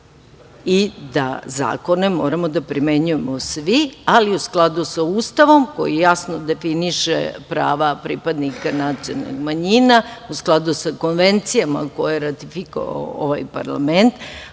i da zakone moramo da primenjujemo svi, ali u skladu sa Ustavom koji jasno definiše prava pripadnika nacionalnih manjina, u skladu sa konvencijama koje je ratifikovao ovaj parlament